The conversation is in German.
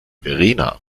verena